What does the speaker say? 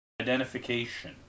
identification